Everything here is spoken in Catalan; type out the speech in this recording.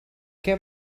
què